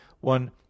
one